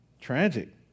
Tragic